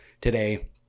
today